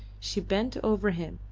she bent over him,